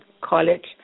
college